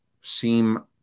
seem